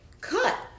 cut